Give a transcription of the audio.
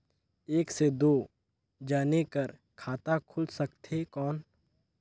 एक से दो जने कर खाता खुल सकथे कौन?